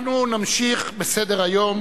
אנחנו נמשיך בסדר-היום